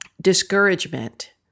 discouragement